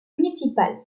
municipal